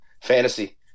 Fantasy